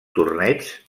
torneigs